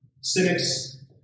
Cynics